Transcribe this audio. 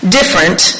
different